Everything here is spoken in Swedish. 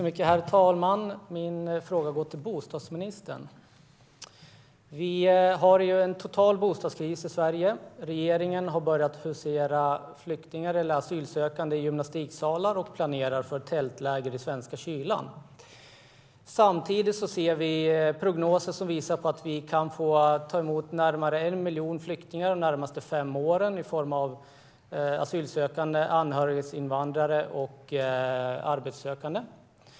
Herr talman! Min fråga går till bostadsministern. Vi har en total bostadskris i Sverige. Regeringen har börjat husera flyktingar eller asylsökande i gymnastiksalar och planerar för tältläger i den svenska kylan. Prognoser visar att vi kan få ta emot närmare 1 miljon flyktingar de kommande fem åren i form av asylsökande, anhöriginvandrare och arbetssökande.